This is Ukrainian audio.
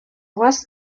вас